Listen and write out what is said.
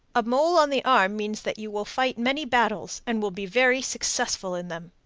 a mole on the arm means that you will fight many battles, and will be very successful in them.